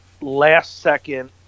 last-second